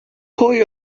pwy